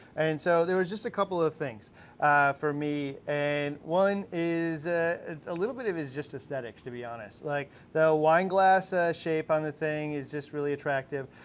and so there was just a couple of things for me, and one is ah a little bit of it is just aesthetics, to be honest. like the wine glass ah shape on the thing is just really attractive.